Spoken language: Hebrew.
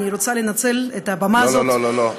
אני רוצה לנצל את הבמה הזאת, לא, לא, לא.